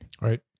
right